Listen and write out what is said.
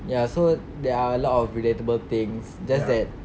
ya so there are a lot of relatable things just that